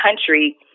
country